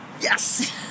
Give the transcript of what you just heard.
Yes